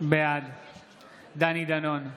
בעד דני דנון,